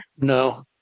No